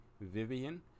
Vivian